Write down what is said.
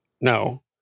no